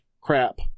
crap